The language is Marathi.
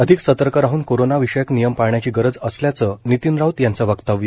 अधिक सतर्क राहन कोरोंना विषयक नियम पाळण्याची गरज असल्याच नितिन राऊत यांचं वक्तव्य